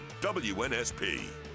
WNSP